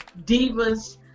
divas